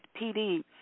PD